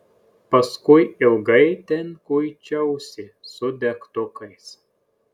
paskui ilgai ten kuičiausi su degtukais